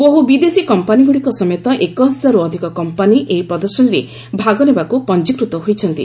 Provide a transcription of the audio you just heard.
ବହୁ ବିଦେଶୀ କମ୍ପାନୀଗୁଡ଼ିକ ସମେତ ଏକହଜାରରୁ ଅଧିକ କମ୍ପାନୀ ଏହି ପ୍ରଦର୍ଶନୀରେ ଭାଗନେବାକୁ ପଞ୍ଜିକୃତ ହୋଇଛନ୍ତି